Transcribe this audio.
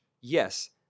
Yes